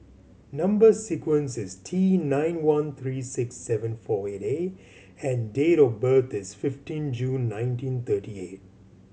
number sequence is T nine one three six seven four eight A and date of birth is fifteen June nineteen thirty eight